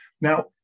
now